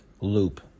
loop